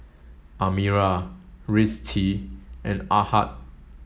Amirah Rizqi and Ahad